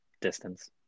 distance